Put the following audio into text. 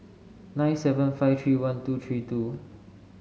nine seven five three one two three two